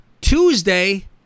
Tuesday